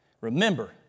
remember